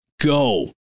go